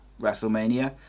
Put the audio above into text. WrestleMania